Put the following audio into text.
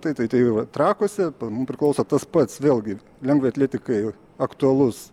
tai tai tai va trakuose mum priklauso tas pats vėlgi lengvai atletikai aktualus